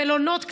מלונות קטנים,